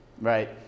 Right